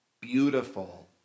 beautiful